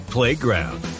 Playground